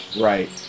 Right